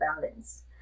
balance